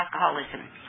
alcoholism